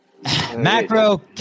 Macro